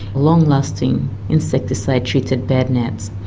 long lasting insecticide treated bed nets.